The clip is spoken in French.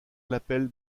l’appelle